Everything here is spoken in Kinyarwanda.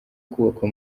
kubakwa